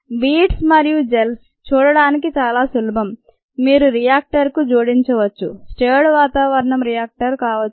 beads మరియు gels చూడటానికి చాలా సులభం మీరు రియాక్టర్ కు జోడించవచ్చు స్టిర్డ్ వాతావరణం రియాక్టర్ కావచ్చు